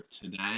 today